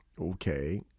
Okay